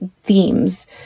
themes